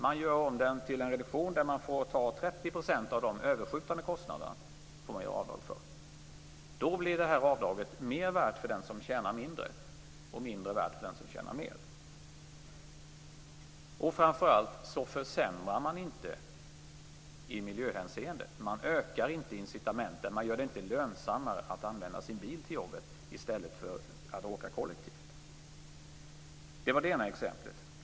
Man gör om den till en reduktion där man får göra avdrag för 30 % av de överskjutande kostnaderna. Då blir det här avdraget mer värt för den som tjänar mindre och mindre värt för den som tjänar mer. Framför allt försämrar man då inte i miljöhänseende. Man ökar inte incitamentet, man gör det inte lönsammare, att använda bilen till jobbet i stället för att åka kollektivt. Det var det ena exemplet.